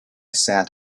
sat